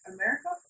America